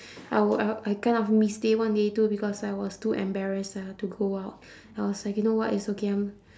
I w~ I I kind of missed day one day two because I was too embarrassed ah to go out I was like you know what it's okay I'm